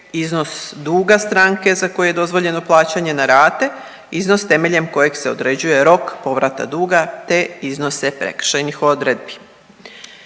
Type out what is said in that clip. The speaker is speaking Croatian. iznos duga stranke za koji je dozvoljeno plaćanje na rate, iznos temeljem kojeg se određuje rok povrata duga te iznose prekršajnih odredbi.